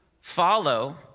follow